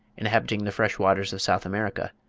inhabiting the fresh waters of south america,